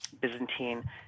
Byzantine